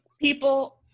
People